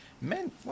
men